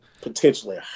potentially